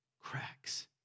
Cracks